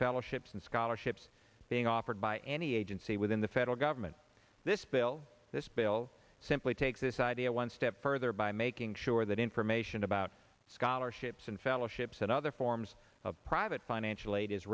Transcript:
fellowships and scholarships being offered by any agency within the federal government this bill this bill simply takes this idea one step further by making sure that information about scholarships and fellowships and other forms of private financial aid is